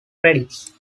credits